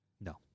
No